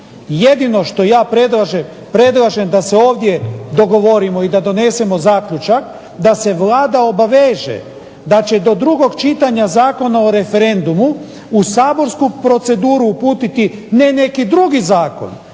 Jedino što ja predlažem, predlažem da se ovdje dogovorimo i da donesemo zaključak da se Vlada obaveže da će do drugog čitanja Zakona o referendumu u Saborsku proceduru uputiti ne neki drugi zakon